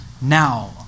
now